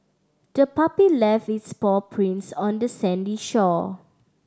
the puppy left its paw prints on the sandy shore